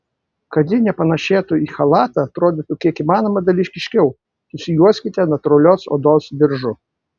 kad ji nepanėšėtų į chalatą atrodytų kiek įmanoma dalykiškiau susijuoskite natūralios odos diržu